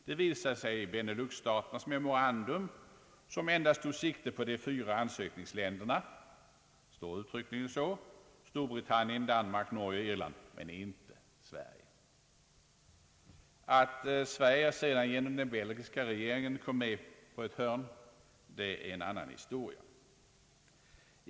Det visade sig Beneluxstaternas memorandum, som endast tog sikte på de fyra ansökningsländerna — det står uttryckligen så — nämligen Storbritannien, Danmark, Norge och Irland, men Sverige står inte nämnt, Att Sverige sedan genom den belgiska regeringens agerande kom med på ett hörn är en annan historia.